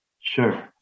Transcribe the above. Sure